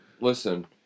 listen